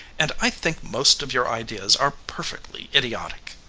and i think most of your ideas are perfectly idiotic,